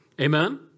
Amen